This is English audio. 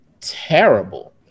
terrible